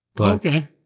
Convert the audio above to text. Okay